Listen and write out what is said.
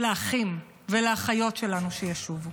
לאחים ולאחיות שלנו שישובו,